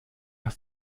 hast